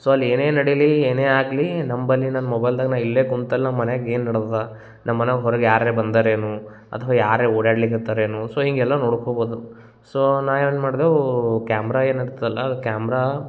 so ಅಲ್ಲಿ ಏನೇ ನಡೀಲಿ ಏನೇ ಆಗಲಿ ನಂಬಲ್ಲಿ ನನ್ನ ಮೊಬೈಲ್ದಾಗ ನಾ ಇಲ್ಲೇ ಕುಂತಲ್ಲಿ ನಮ್ಮ ಮನ್ಯಾಗ ಏನು ನಡ್ಡದ ನಮ್ಮನೆ ಹೊರ್ಗ ಯಾರೆ ಬಂದರೇನು ಅಥ್ವಾ ಯಾರೇ ಓಡಾಡ್ಲಿಕ್ಕೆ ಹತ್ತರೇನು ಸೊ ಹೀಗೆಲ್ಲ ನೋಡ್ಕೊಬೋದು ಸೊ ನಾ ಏನು ಮಾಡ್ದೆವು ಕ್ಯಾಮ್ರ ಏನಿರ್ತಲ್ಲಾ ಅದು ಕ್ಯಾಮ್ರಾ